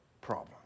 problem